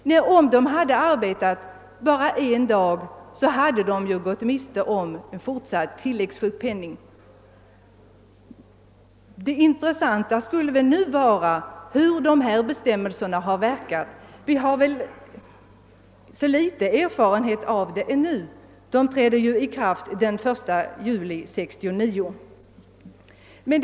Om de hade arbetat bara en dag hade de gått miste om fortsatt tilläggssjukpenning. Det intressanta skulle vara att få veta hur de nya bestämmelserna har verkat. Vi har mycket liten erfarenhet av det ännu, eftersom de trädde i kraft den 1 juli 1969.